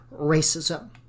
racism